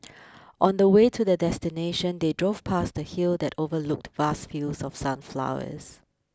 on the way to their destination they drove past a hill that overlooked vast fields of sunflowers